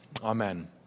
Amen